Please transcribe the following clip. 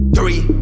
Three